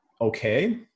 Okay